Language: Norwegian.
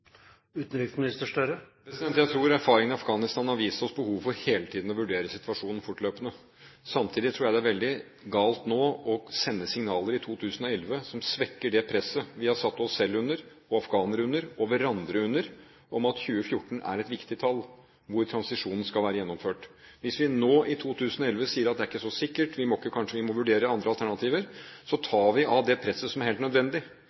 Jeg tror erfaringen i Afghanistan har vist oss behovet for hele tiden å vurdere situasjonen fortløpende. Samtidig tror jeg det er veldig galt nå å sende signaler i 2011 som svekker det presset vi har satt oss selv, afghanere og hverandre under, om at 2014 er et viktig tall for når transisjonen skal være gjennomført. Hvis vi nå i 2011 sier at det ikke er så sikkert, kanskje vi må vurdere andre alternativer, så tar vi av det presset som er helt nødvendig,